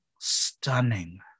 stunning